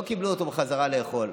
לא קיבלו אותו בחזרה לאכול.